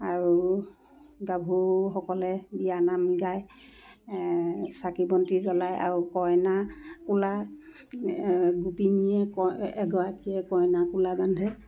আৰু গাভৰুসকলে বিয়ানাম গায় চাকি বন্তি জ্ৱলায় আৰু কইনা কোলাত গোপিনীয়ে ক এগৰাকীয়ে কইনা কোলাত বান্ধে